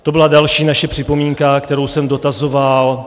To byla další naše připomínka, kterou jsem dotazoval.